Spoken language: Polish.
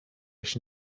się